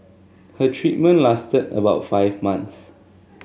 her treatment lasted about five months